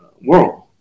world